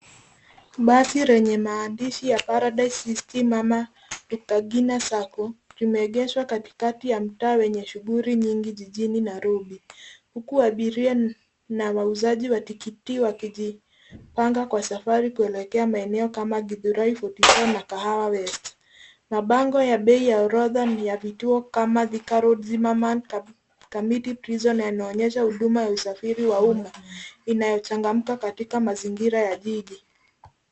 Basi yenye maandishi ya Paradise System ama Rukagina sacco limeegeshwa katikati ya mtaa wenye shughuli nyingi jijini Nairobi huku abiria na wauzaji wa tikiti wakijipanga kwa safari kuelekea maeneo kama Githurai 44 na Kahawa West. Mabango ya bei ya orodha ni ya vituo kama Thika Road, Zimmerman, Kamiti Prison yanaonyesha huduma ya usafiri wa umma inayochangamka katika mazingira ya jiji.